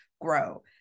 grow